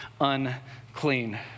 unclean